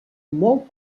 molt